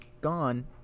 gone